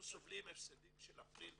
אנחנו סובלים הפסדים של הפרינט,